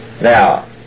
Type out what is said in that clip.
Now